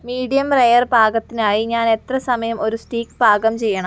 medium rare പാകത്തിനായി ഞാൻ എത്ര സമയം ഒരു സ്റ്റീക്ക് പാകം ചെയ്യണം